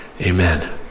Amen